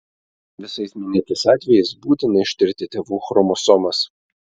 visais minėtais atvejais būtina ištirti tėvų chromosomas